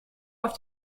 auf